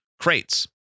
crates